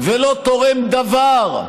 ולא תורם דבר,